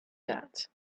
that